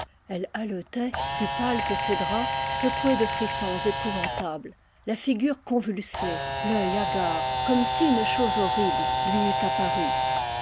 elle haletait plus pâle que ses draps secouée de frissons épouvantables la figure convulsée l'œil hagard comme si une chose horrible lui eût apparu